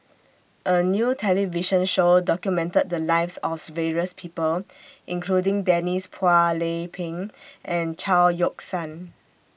A New television Show documented The Lives of various People including Denise Phua Lay Peng and Chao Yoke San